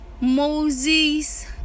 Moses